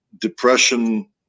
depression